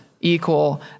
equal